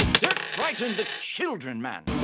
don't frighten the children, man.